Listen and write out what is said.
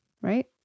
right